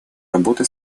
работы